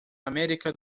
américa